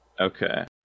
Okay